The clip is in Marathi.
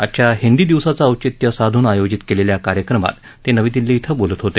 आजच्या हिंदी दिवसाचं औचित्य साधून आयोजित केलेल्या कार्यक्रमात ते नवी दिल्ली इथं बोलत होते